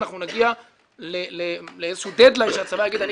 אנחנו נגיע לאיזשהו דד-ליין שהצבא יגיד: אני